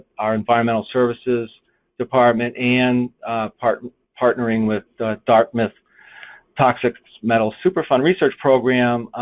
our environmental services department and partnering partnering with dartmouth toxic metal super fund research program.